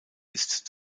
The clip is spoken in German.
ist